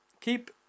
keep